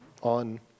on